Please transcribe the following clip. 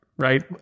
right